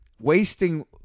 wasting